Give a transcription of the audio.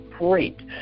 great